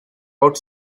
out